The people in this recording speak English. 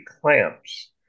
clamps